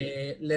עוד ישיבה.